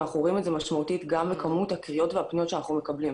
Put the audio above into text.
אנחנו רואים את זה משמעותית גם בכמות הקריאות והפניות שאנחנו מקבלים,